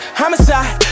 homicide